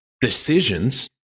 decisions